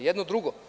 Jedno drugo.